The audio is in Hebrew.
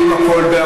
הכול.